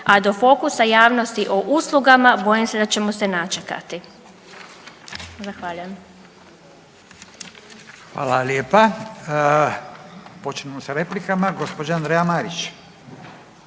a do fokusa javnosti o uslugama bojim se da ćemo se načekati. Zahvaljujem. **Radin, Furio (Nezavisni)** Hvala lijepa. Počnimo sa replikama, gđa. Andreja Marić.